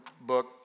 book